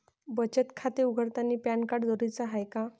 बचत खाते उघडतानी पॅन कार्ड जरुरीच हाय का?